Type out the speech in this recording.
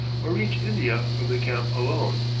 or reach india from the camp alone.